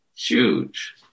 Huge